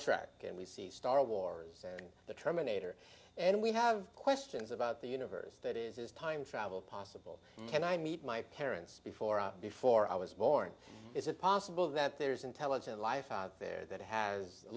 trak and we see star wars and the terminator and we have questions about the universe that is time travel possible can i meet my parents before before i was born is it possible that there is intelligent life out there that has